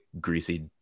greasy